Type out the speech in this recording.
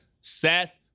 Seth